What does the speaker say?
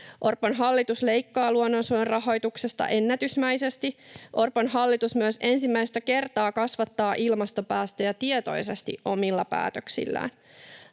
Orpon hallitus leikkaa luonnonsuojelun rahoituksesta ennätysmäisesti. Orpon hallitus myös ensimmäistä kertaa kasvattaa ilmastopäästöjä tietoisesti omilla päätöksillään.